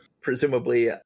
presumably